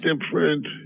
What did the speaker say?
different